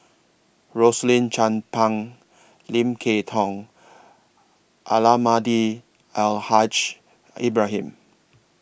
Rosaline Chan Pang Lim Kay Tong Almahdi Al Haj Ibrahim